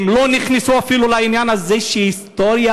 הם לא נכנסו אפילו לעניין הזה של היסטוריה,